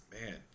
Man